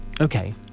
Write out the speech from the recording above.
okay